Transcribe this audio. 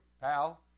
pal